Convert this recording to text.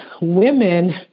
women